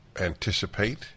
anticipate